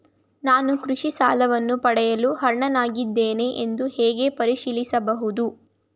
ನಾನು ಕೃಷಿ ಸಾಲವನ್ನು ಪಡೆಯಲು ಅರ್ಹನಾಗಿದ್ದೇನೆಯೇ ಎಂದು ಹೇಗೆ ಪರಿಶೀಲಿಸಬಹುದು?